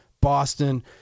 Boston